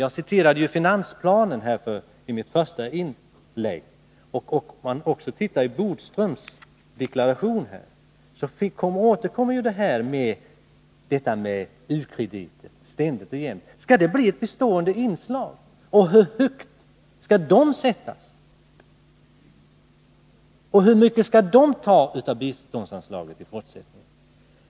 Jag citerade på denna punkt den reviderade finansplanen i mitt första inlägg, och jag kan notera att detta med u-krediter också återkommer ständigt och jämt i Lennart Bodströms deklarationer. Skall detta bli ett bestående inslag? Hur högt skall i så fall u-krediterna sättas och hur mycket skall de ta av biståndsanslaget i fortsättningen?